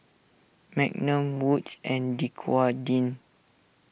Magnum Wood's and Dequadin